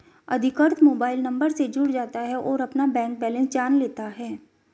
अधिकृत mobile number से जुड़ जाता है और अपना बैंक बेलेंस जान लेता है